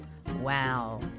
Wow